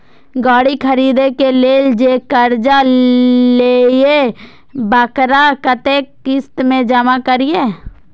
गाड़ी खरदे के लेल जे कर्जा लेलिए वकरा कतेक किस्त में जमा करिए?